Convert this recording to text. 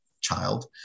child